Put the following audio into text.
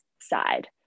side